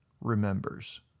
remembers